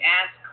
ask